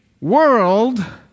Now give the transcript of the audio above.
world